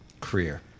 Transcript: career